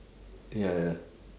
ya ya